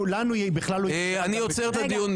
אני עוצר את הדיון.